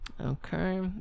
Okay